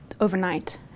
overnight